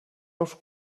ous